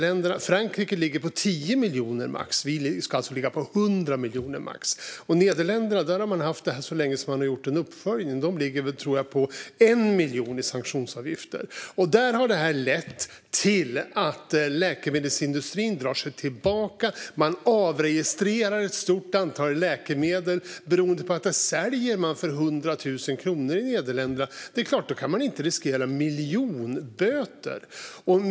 I Frankrike ligger de på max 10 miljoner, och här ska de alltså ligga på max 100 miljoner. I Nederländerna har man haft detta så länge att man har gjort en uppföljning, och där tror jag att man ligger på 1 miljon i sanktionsavgift. Där har detta lett till att läkemedelsindustrin drar sig tillbaka. Man avregistrerar ett stort antal läkemedel, för det är klart att den som säljer för 100 000 kronor i Nederländerna inte kan riskera miljonböter.